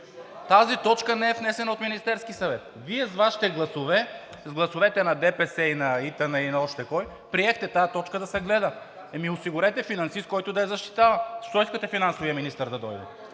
Тази точка не е внесена от Министерския съвет. Вие с Вашите гласове, с гласовете на ДПС и на ИТН, и на още кой приехте тази точка да се гледа. Ами осигурете финансист, който да я защитава. Защо искате финансовият министър да дойде?